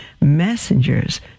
messengers